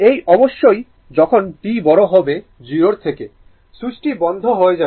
এই অবশ্যই যখন t বড় হবে 0 এর থেকে সুইচটি বন্ধ হয়েযাবে